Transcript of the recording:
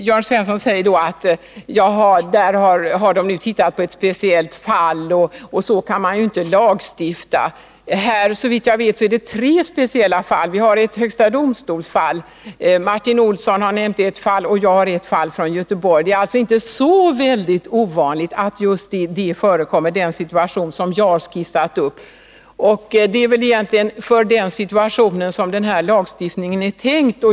Jörn Svensson säger att utskottet har tittat på ett speciellt fall och att man inte kan lagstifta endast utifrån ett fall. Såvitt jag vet är det fråga om tre speciella fall. Vi har ett högsta domstols-fall. Martin Olsson har nämnt ett fall, och jag har ett från Göteborg. Det är således inte så ovanligt att den situation som jag har skissat förekommer. Och det är för denna situation som lagstiftningen är tänkt.